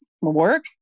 work